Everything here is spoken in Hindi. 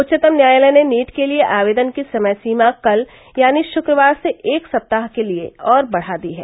उच्चतम न्यायालय ने नीट के लिए आवेदन की समय सीमा कल यानी शुक्रवार से एक सप्ताह के लिए और बढ़ा दी है